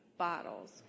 bottles